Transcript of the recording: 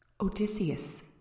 Odysseus